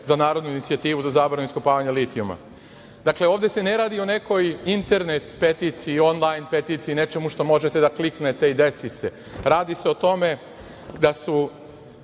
za Narodnu inicijativu za zabranu iskopavanja litijuma. Dakle, ovde se ne radi o nekoj internet peticiji, onlajn peticiji, nečemu što možete da kliknete i desi se. Radi se o tome da je